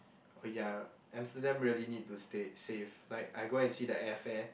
oh ya Amsterdam really need to stay save like I go and see the air fare